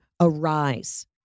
arise